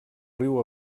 riu